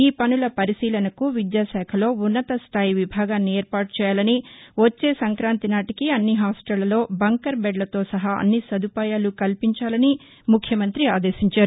ఈ పనుల పరిశీలనకు విద్యా శాఖలో ఉన్నతస్థాయి విభాగాన్ని ఏర్పాటు చేయాలని వచ్చే సంక్రాంతి నాటికి అన్ని హాస్టళ్లలో బంకర్ బెద్ లతో సహా అన్ని సదుపాయాలు కల్పించాలని ముఖ్యమంత్రి ఆదేశించారు